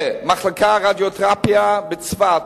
מחלקת רדיותרפיה בצפת.